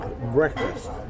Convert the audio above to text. breakfast